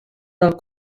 del